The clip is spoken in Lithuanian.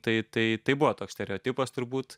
tai tai tai buvo toks stereotipas turbūt